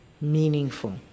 meaningful